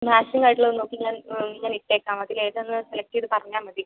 maximum ആയിട്ടുള്ളത് നോക്കിയിട്ട് ഞാൻ ഇട്ടേക്കാം അതിലേതാണെന്ന് സെലക്ട് ചെയ്ത് പറഞ്ഞാൽ മതി